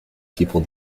people